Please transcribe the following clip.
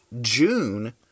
June